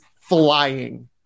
flying